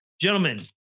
gentlemen